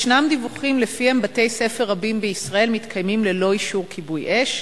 ישנם דיווחים שלפיהם בתי-ספר רבים בישראל מתקיימים ללא אישור כיבוי אש.